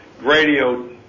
radio